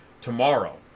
tomorrow